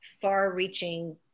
far-reaching